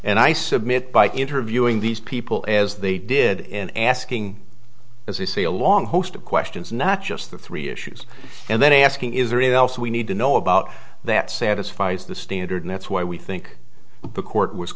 and i submit by interviewing these people as they did in asking as they say a long host of questions not just the three issues and then asking is there it also we need to know about that satisfies the standard that's why we think the court was